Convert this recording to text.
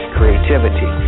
Creativity